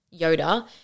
Yoda